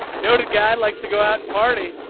note a guy likes to go out and party.